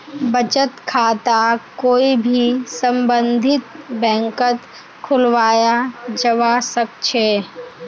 बचत खाताक कोई भी सम्बन्धित बैंकत खुलवाया जवा सक छे